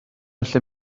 gallu